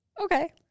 Okay